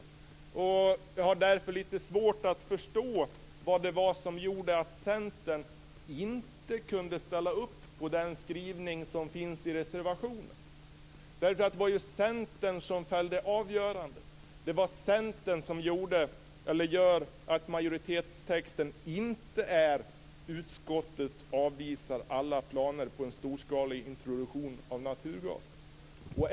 Därför har jag lite svårt att förstå vad som gjorde att Centern inte kunde ställa upp på den skrivning som finns i reservationen. Det var ju Centern som fällde avgörandet. Det är Centern som har gjort att majoritetstexten inte lyder: "Utskottet avvisar alla planer på en storskalig introduktion av naturgas".